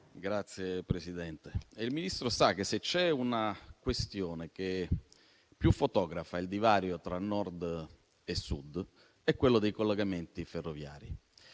Signor Presidente, il ministro Salvini sa che, se c'è una questione che più fotografa il divario tra Nord e Sud è quella dei collegamenti ferroviari.